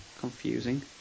Confusing